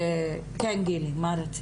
כן, גילי, מה רצית?